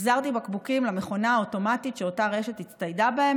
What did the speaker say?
והחזרתי בקבוקים למכונה האוטומטית שאותה רשת הצטיידה בה.